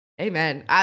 Amen